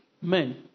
men